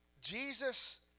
Jesus